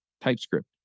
TypeScript